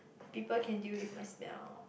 people can deal with my smell